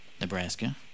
Nebraska